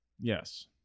Yes